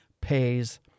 pays